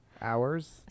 Hours